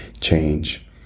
change